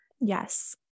Yes